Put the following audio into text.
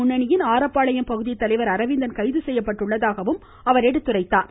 முன்னணியின் ஆரப்பாளையம் பகுதி தலைவர் அரவிந்தன் கைதி இந்து செய்ய்ப்பட்டுள்ளதாகவும் அவர் எடுத்துரைத்தார்